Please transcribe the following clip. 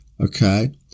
okay